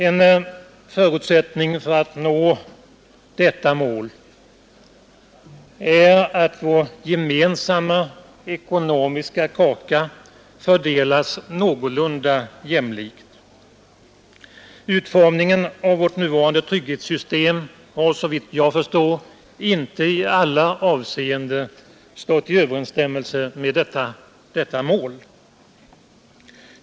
En förutsättning för att nå detta mål är att vår gemensamma ekonomiska kaka fördelas någorlunda jämlikt Utformningen av vårt nuvarande trygghetssystem har, såvitt jag förstår, inte i alla avseenden stått i överensstämmelse med detta mål.